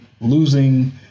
losing